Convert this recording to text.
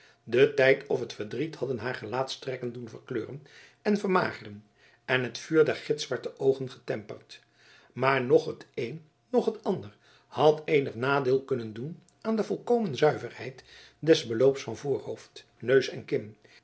de tijd of het verdriet hadden haar gelaatstrekken doen verkleuren en vermageren en het vuur der gitzwarte oogen getemperd maar noch het een noch het ander had eenig nadeel kunnen doen aan de volkomen zuiverheid des beloops van voorhoofd neus en kin